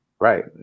right